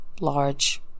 large